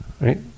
right